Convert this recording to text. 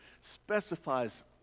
specifies